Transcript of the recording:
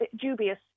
dubious